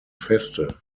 feste